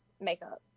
Makeup